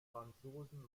franzosen